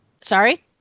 Sorry